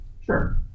sure